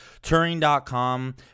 Turing.com